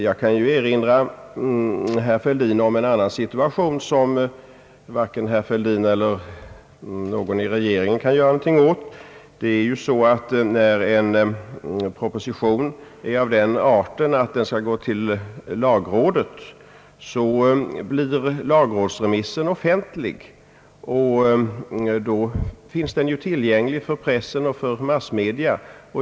Jag kan erinra herr Fälldin om en annan situation som varken han eller någon i regeringen kan göra någonting åt. Det förhåller sig ju så att när en proposition är av den arten att den skall gå till lagrådet, blir lagrådsremissen offentlig, och då finns handlingarna tillgängliga för pressen och för massmedia.